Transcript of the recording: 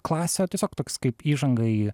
klasę tiesiog toks kaip įžanga į